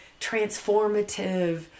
transformative